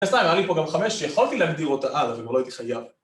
סתם, היה לי פה גם חמש שיכולתי להגדיר אותה עד, אבל לא הייתי חייב.